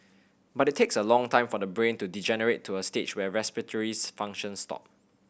but it takes a long time for the brain to degenerate to a stage where respiratory functions stop